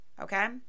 okay